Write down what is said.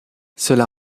cela